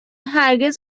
هرگز